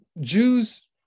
Jews